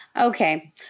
Okay